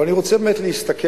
אבל אני רוצה באמת להסתכל,